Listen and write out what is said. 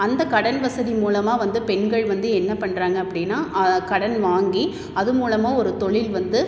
அந்த கடன் வசதி மூலமாக வந்து பெண்கள் வந்து என்ன பண்ணுறாங்க அப்படின்னா கடன் வாங்கி அது மூலமாக ஒரு தொழில் வந்து